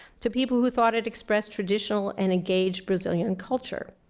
to people who thought it expressed traditional and engaged brazilian culture.